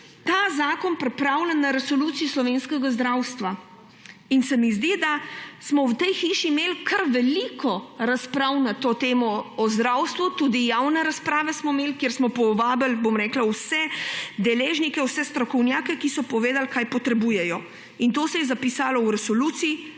ta zakon pripravljen na resoluciji o slovenskem zdravstvu. Zdi se mi, da smo v tej hiši imeli kar veliko razprav na to temo o zdravstvu, tudi javne razprave smo imeli, kamor smo povabili vse deležnike, vse strokovnjake, ki so povedali, kaj potrebujejo. To se je zapisalo v resoluciji